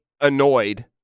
annoyed